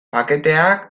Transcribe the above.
paketeak